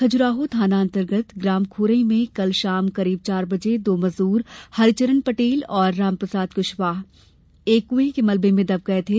खजुराहो थाना अंतर्गत ग्राम खरोई में कल शाम करीब चार बजे दो मजदूर हरिचरण पटेल और रामप्रसाद कुशवाह एक कुएं के मलबे में दब गए थे